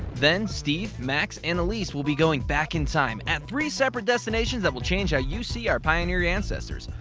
then steve, max, and elese will be going back in time at three separate destinations that will change how you see our pioneer ancestors.